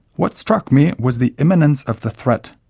what struck me was the imminence of the threat.